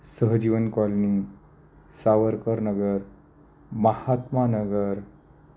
Sahjeevan colony Savarkar Nagar Mahatma Nagar